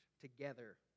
together